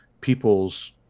people's